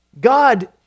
God